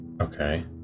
Okay